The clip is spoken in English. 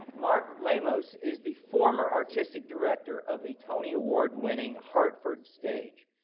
marc lamos is the former artistic director of the tony award-winning hartford stage.